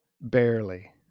Barely